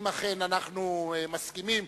אם אכן אנחנו מסכימים,